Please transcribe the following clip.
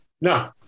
no